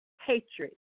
Hatred